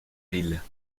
ville